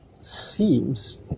seems